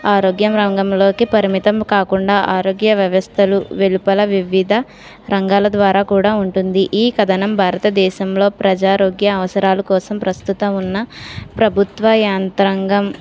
ఆరోగ్యం రంగంలోకి పరిమితం కాకుండా ఆరోగ్య వ్యవస్థలు వెలుపల వివిధ రంగాల ద్వారా కూడా ఉంటుంది ఈ కథనం భారతదేశంలో ప్రజారోగ్య అవసరాలు కోసం ప్రస్తుతం ఉన్న ప్రభుత్వ యంత్రాంగం